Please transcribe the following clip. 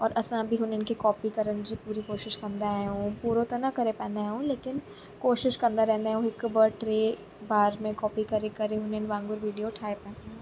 और असां बि हुननि खे कॉपी करनि जी पूरी कोशिश कंदा आहियूं पूरो त न करे पाईंदा आहियूं लेकिनि कोशिश कंदा रहंदा आहियूं हिकु ॿ टे बार में कॉपी करे करे हुननि वांगुर वीडियो ठाहे पायूं